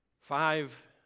Five